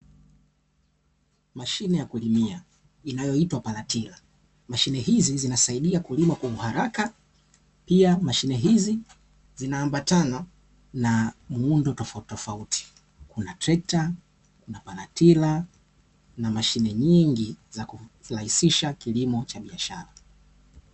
Mashine ya kulimia inayoitwa palatila, mashine hizi zinasaidia kulima kwa uharaka pia mashine hizi zinaambatana na muundo tofautitofauti kuna treka, palatila na mashine nyingi za kurahisisha kilimo cha biashara.